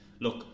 look